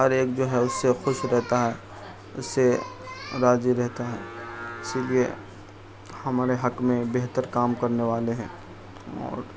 ہر ایک جو ہے اس سے خوش رہتا ہے اس سے راضی رہتا ہے اس لیے ہمارے حق میں بہتر کام کرنے والے ہیں اور